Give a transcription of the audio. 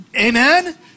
Amen